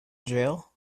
jail